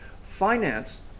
Finance